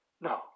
No